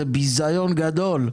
זה ביזיון גדול.